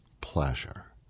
pleasure